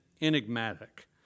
enigmatic